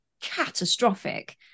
catastrophic